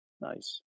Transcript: Nice